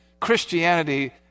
Christianity